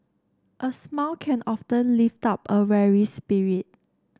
a smile can often lift up a weary spirit